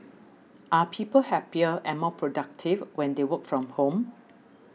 are people happier and more productive when they work from home